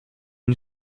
une